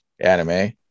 anime